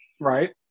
right